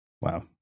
Wow